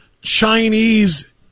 Chinese